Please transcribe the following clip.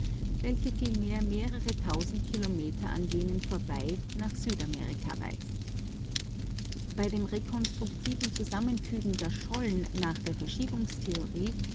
letztere weist mehrere tausend kilometer an jenem vorbei nach südamerika bei dem rekonstruktiven zusammenfügen der schollen nach der verschiebungstheorie